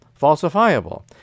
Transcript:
falsifiable